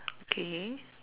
okay